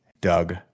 Doug